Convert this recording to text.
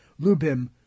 Lubim